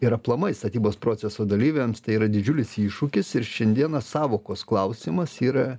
ir aplamai statybos proceso dalyviams tai yra didžiulis iššūkis ir šiandieną sąvokos klausimas yra